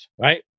right